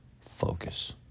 focus